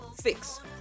fix